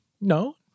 No